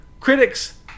Critics